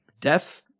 death